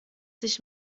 sich